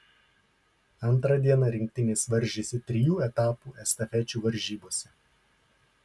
antrą dieną rinktinės varžėsi trijų etapų estafečių varžybose